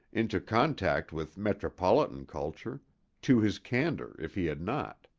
into contact with metropolitan culture to his candor if he had not.